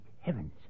heavens